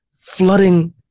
flooding